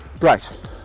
Right